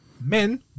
men